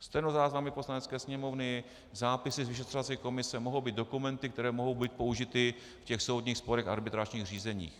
Stenozáznamy Poslanecké sněmovny, zápisy z vyšetřovací komise mohou být dokumenty, které mohou být použity v soudních sporech a arbitrážních řízeních.